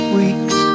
weeks